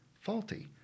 faulty